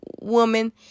woman